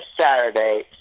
Saturday